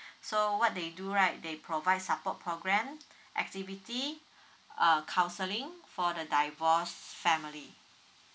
so what they do right they provide support program activity uh counselling for the divorced family